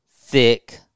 thick